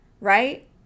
right